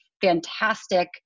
fantastic